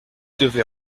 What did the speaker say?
devait